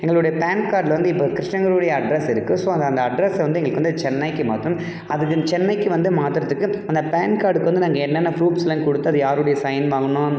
எங்களுடைய பேன் கார்டில் வந்து இப்போது கிருஷ்ணகிரியுடைய அட்ரெஸ் இருக்குது ஸோ அந்த அந்த அட்ரெஸை வந்து எங்களுக்கு வந்து சென்னைக்கு மாற்றணும் அதுக்கு சென்னைக்கு வந்து மாற்றறதுக்கு அந்த பேன் கார்டுக்கு வந்து நாங்கள் என்னென்ன ப்ரூஃப்ஸெலாம் கொடுத்து அது யாருடைய சைன் வாங்கணும்